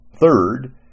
third